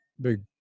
big